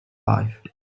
life